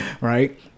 right